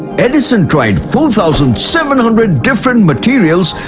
edison tried four thousand seven hundred different materials,